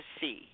see